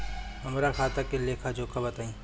हमरा खाता के लेखा जोखा बताई?